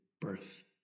birth